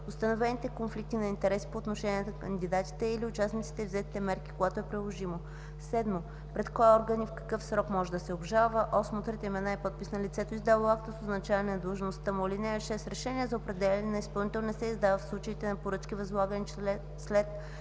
установените конфликти на интереси по отношение на кандидатите или участниците и взетите мерки – когато е приложимо; 7. пред кой орган и в какъв срок може да се обжалва; 8. трите имена и подпис на лицето, издало акта, с означаване на длъжността му. (6) Решение за определяне на изпълнител не се издава в случаите на поръчки, възлагани след